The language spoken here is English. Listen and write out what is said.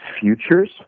futures